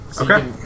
Okay